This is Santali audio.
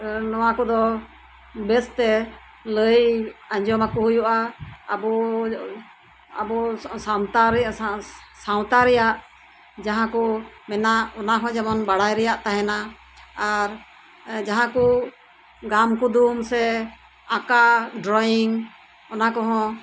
ᱱᱚᱣᱟ ᱠᱚᱫᱚ ᱵᱮᱥᱛᱮ ᱞᱟᱹᱭ ᱟᱸᱡᱚᱢ ᱟᱠᱩ ᱦᱩᱭᱩᱜᱼᱟ ᱟᱵᱩ ᱟᱵᱩ ᱥᱟᱶᱛᱟᱨᱮ ᱥᱟᱶᱛᱟ ᱨᱮᱭᱟᱜ ᱡᱟᱦᱟᱸᱠᱩ ᱢᱮᱱᱟᱜ ᱚᱱᱟᱦᱚᱸ ᱡᱮᱢᱚᱱ ᱵᱟᱲᱟᱭ ᱨᱮᱭᱟᱜ ᱛᱟᱦᱮᱱᱟ ᱟᱨ ᱡᱟᱦᱟᱸᱠᱩ ᱜᱟᱢ ᱠᱩᱫᱩᱢ ᱥᱮ ᱟᱠᱟ ᱰᱨᱚᱭᱤᱝ ᱚᱱᱟ ᱠᱚᱦᱚᱸ